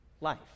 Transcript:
life